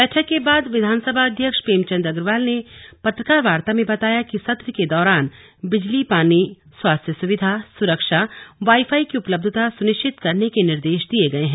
बैठक के बाद विधानसभा अध्यक्ष प्रेमचंद अग्रवाल ने पत्रकार वार्ता में बताया कि सत्र के दौरान बिजली पानी स्वास्थ्य सुविधा सुरक्षा वाईफाई की उपलब्यता सुनिश्चित करने के निर्देश दिए गए हैं